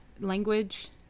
language